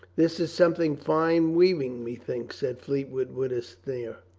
this is something fine weaving, methinks, said fleetwood with a sneer.